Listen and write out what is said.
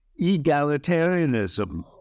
egalitarianism